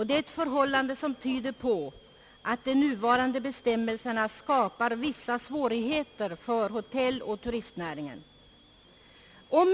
Detta tyder på att de nuvarande bestämmelserna skapar svårigheter för hotelloch turistnäringen.